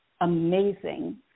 amazing